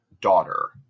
daughter